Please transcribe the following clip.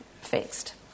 fixed